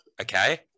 okay